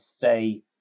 say